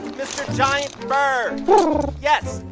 mr. giant bird yes.